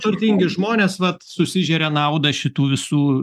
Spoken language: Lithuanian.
turtingi žmonės vat susižeria naudą šitų visų